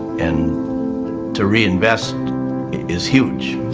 and to reinvest is huge.